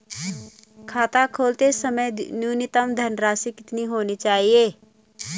खाता खोलते समय न्यूनतम धनराशि कितनी होनी चाहिए?